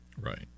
Right